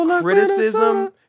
criticism